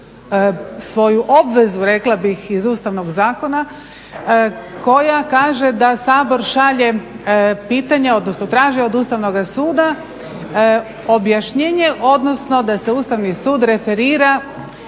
svoju obvezu rekla bih iz Ustavnog zakona koja kaže da Sabor šalje pitanja odnosno traže od Ustavnog suda objašnjenje odnosno da se Ustavni sud referira